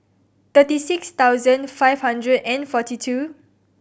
thirty six thousand five hundred and forty two